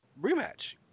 rematch